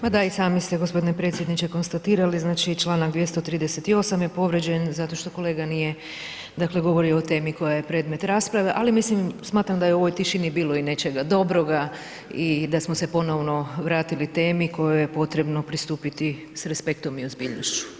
Pa da i sami ste gospodine predsjedniče konstatirali znači Članak 238. je povrijeđen zato što kolega nije dakle govorio o temi koja je predmet rasprave, ali mislim smatram da je u ovoj tišini bilo i nečega dobroga i da smo se ponovno vratili temi kojoj je potrebno pristupiti s respektom i ozbiljnošću.